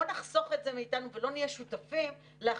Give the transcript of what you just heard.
בוא נחסוך את זה מאתנו ולא נהיה שותפים להחלטה